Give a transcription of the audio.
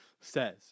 says